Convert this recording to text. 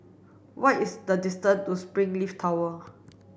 what is the distance to Springleaf Tower